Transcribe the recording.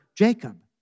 Jacob